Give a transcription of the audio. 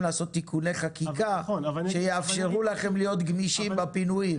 לעשות תיקוני חקיקה שיאפשרו לכם להיות גמישים בפינויים.